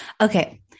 Okay